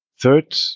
third